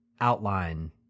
outline